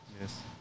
Yes